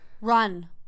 run